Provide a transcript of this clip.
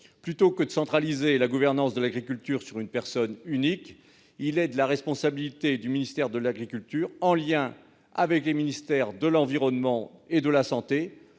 Plutôt que de centraliser la gouvernance de l'agriculture sur une personne unique, il est de la responsabilité du ministère de l'agriculture en lien avec les ministères de l'environnement et de la santé